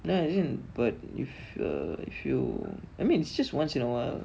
then as in but if uh if you I mean it's just once in awhile